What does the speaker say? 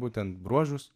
būtent bruožus